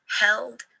held